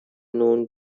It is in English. known